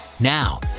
now